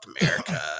america